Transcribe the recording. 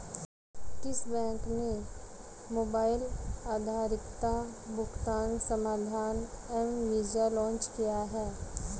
किस बैंक ने मोबाइल आधारित भुगतान समाधान एम वीज़ा लॉन्च किया है?